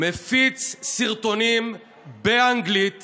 חבר הכנסת נתניהו מפיץ סרטונים באנגלית